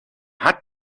hat